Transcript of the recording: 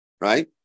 right